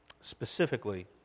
specifically